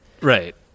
Right